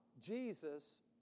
Jesus